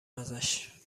ازش